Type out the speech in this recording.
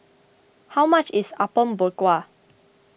how much is Apom Berkuah